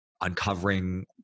uncovering